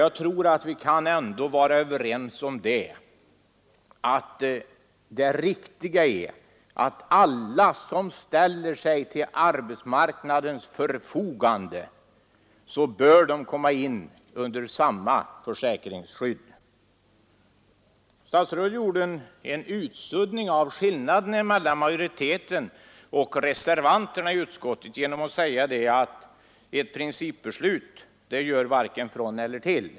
Jag tror att vi ändå kan vara överens om att det är riktigt att alla som ställer sig till arbetsmarknadens förfogande bör komma in under samma försäkringsskydd. Statsrådet gjorde en utsuddning vad gäller skillnaden mellan majoriteten och reservanterna i utskottet genom att säga att ett principbeslut gör varken från eller till.